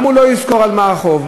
הוא גם לא יזכור על מה החוב,